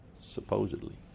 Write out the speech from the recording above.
supposedly